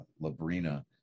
Labrina